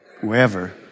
wherever